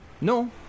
no